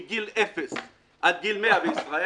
מגיל אפס ועד גיל מאה בישראל,